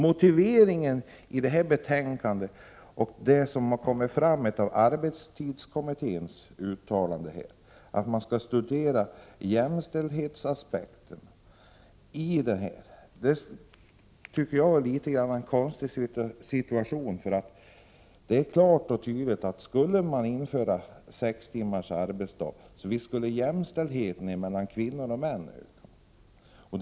Motiveringen i detta betänkande och det som har kommit fram i arbetstidskommitténs uttalande är att jämställdhetsaspekterna skall studeras av kommittén. Det är litet konstigt. Det är nämligen helt klart att jämställdheten mellan kvinnor och män skulle öka om sex timmars arbetsdag infördes.